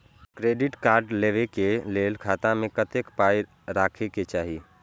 Credit card लेबै के लेल खाता मे कतेक पाय राखै के चाही?